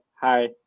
hi